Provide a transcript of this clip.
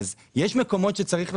יש מקומות שצריך לקחת,